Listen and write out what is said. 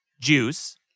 juice